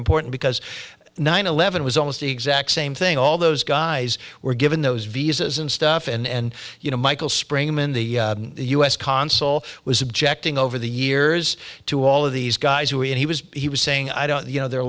important because nine eleven was almost the exact same thing all those guys were given those visas and stuff and you know michael springman the u s consul was objecting over the years to all of these guys who he was he was saying i don't you know they're